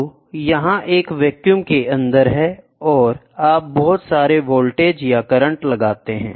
तो यह एक वैक्यूम के अंदर है और आप बहुत सारे वोल्टेज या करंट लगाते हैं